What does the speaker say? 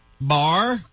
Bar